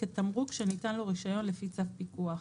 כתמרוק שניתן לו רישיון לפי צו פיקוח.